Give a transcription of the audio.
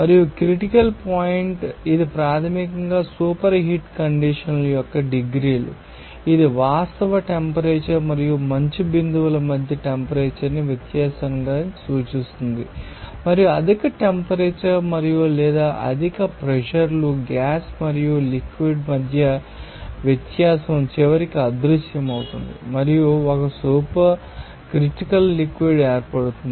మరియు critical point ఇది ప్రాథమికంగా సూపర్ హీట్ కండిషన్ యొక్క డిగ్రీలు ఇది వాస్తవ టెంపరేచర్ మరియు మంచు బిందువు మధ్య టెంపరేచర్ని వ్యత్యాసాన్ని సూచిస్తుంది మరియు అధిక టెంపరేచర్ మరియు లేదా అధిక ప్రెషర్ లు గ్యాస్ మరియు లిక్విడ్ మధ్య వ్యత్యాసం చివరికి అదృశ్యమవుతుంది మరియు ఒక సూపర్ క్రిటికల్ లిక్విడ్ ఏర్పడుతుంది